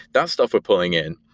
that stuff we're pulling in,